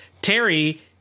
Terry